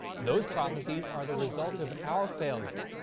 those prophecies are the result of our failure,